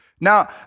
Now